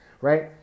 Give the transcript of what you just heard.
right